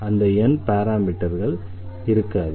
அந்த n பாராமீட்டர்கள் இருக்காது